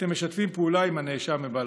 אתם משתפים פעולה עם הנאשם מבלפור.